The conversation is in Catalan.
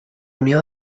unió